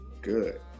good